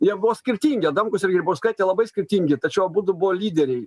jie buvo skirtingi adamkus ir grybauskaitė labai skirtingi tačiau abudu buvo lyderiai